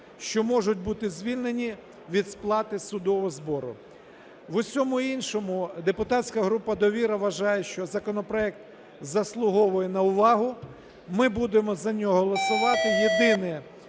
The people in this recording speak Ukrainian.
що можуть бути звільнені від сплати судового збору. В усьому іншому депутатська група "Довіра" вважає, що законопроект заслуговує на увагу. Ми будемо за нього голосувати,